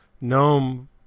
GNOME